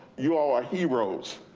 you all our heroes,